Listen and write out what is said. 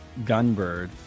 Gunbird